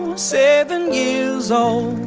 seven years old